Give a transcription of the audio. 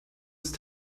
ist